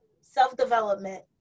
self-development